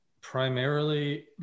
primarily